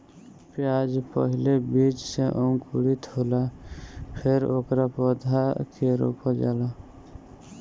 प्याज पहिले बीज से अंकुरित होला फेर ओकरा पौधा के रोपल जाला